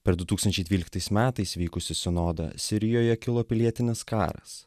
per du tūkstančiai dvyliktais metais vykusį sinodą sirijoje kilo pilietinis karas